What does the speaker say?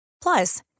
Plus